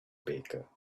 baker